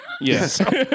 Yes